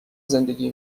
زندگی